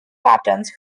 patterns